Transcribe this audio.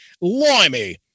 limey